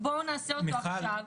מיכל,